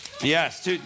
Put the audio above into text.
Yes